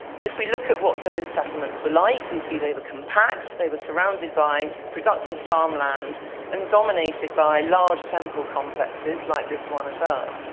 and if we look at what those settlements were like, we see they were compact. they were surrounded by productive farm land and dominated by large temple complexes like this one at ur,